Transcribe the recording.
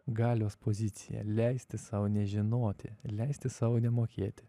galios pozicija leisti sau nežinoti leisti sau nemokėti